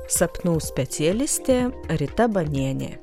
sapnų specialistė rita banienė